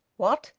what?